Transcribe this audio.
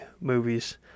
movies